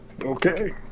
Okay